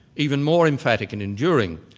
even more emphatic and enduring.